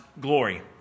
glory